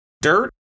Dirt